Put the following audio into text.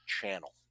channel